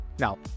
Now